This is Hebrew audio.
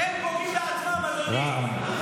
הם פוגעים בעצמם, אדוני.